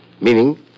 Meaning